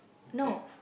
okay